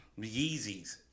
Yeezys